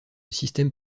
systèmes